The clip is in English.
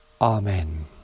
Amen